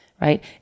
right